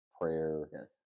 Prayer